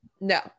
no